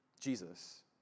Jesus